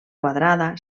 quadrada